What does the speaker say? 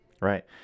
right